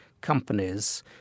companies